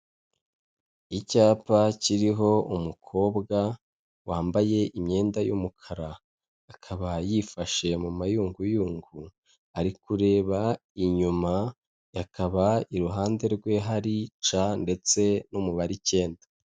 Icyapa kiriho umukobwa wambaye imyenda y'umukara, akaba yifashe mu mayunguyungu, ari kureba inyuma, akaba iruhande rwe hari c ndetse n'umubare icyenda.